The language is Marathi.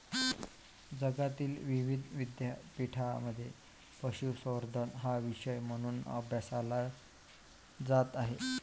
जगातील विविध विद्यापीठांमध्ये पशुसंवर्धन हा विषय म्हणून अभ्यासला जात आहे